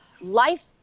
life